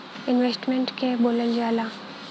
Investment के के बोलल जा ला?